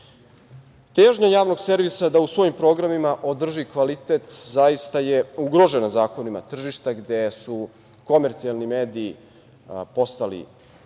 javnog servisa da u svojim programima održi kvalitet zaista je ugrožena zakonima tržišta, gde su komercijalni mediji postali